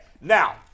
Now